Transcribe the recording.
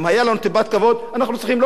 לא היינו מוכנים לקיים דיון.